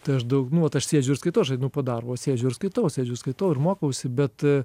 tai aš daug nu vat aš sėdžiu ir skaitau aš aeinu po darbo sėdžiu ir skaitau sėdžiu ir skaitau ir mokausi bet